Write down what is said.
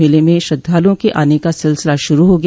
मेले में श्रद्धालुओं के आने का सिलसिला शूरू हो गया